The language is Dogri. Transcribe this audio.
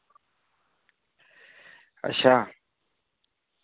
अच्छा